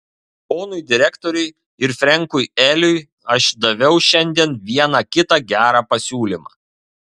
ponui direktoriui ir frenkui eliui aš daviau šiandien vieną kitą gerą pasiūlymą